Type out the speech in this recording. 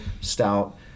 stout